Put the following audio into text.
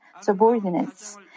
subordinates